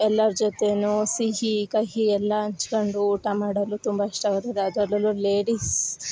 ಎಲ್ಲಾರ ಜೊತೆ ಸಿಹಿ ಕಹಿ ಎಲ್ಲ ಹಂಚ್ಕಂಡು ಊಟ ಮಾಡಲು ತುಂಬ ಇಷ್ಟವಾಗುತ್ತದೆ ಅದ್ರಲ್ಲೂ ಲೇಡಿಸ್